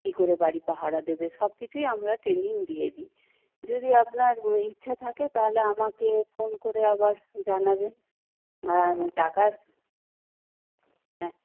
কী করে বাড়ি পাহারা দেবে সব কিছুই আমরা ট্রেনিং দিয়ে দিই যদি আপনার ইচ্ছা থাকে তাহলে আমাকে ফোন করে আবার জানাবেন আর টাকার হ্যাঁ